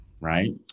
right